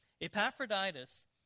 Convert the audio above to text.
Epaphroditus